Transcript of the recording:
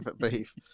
beef